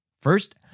First